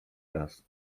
raz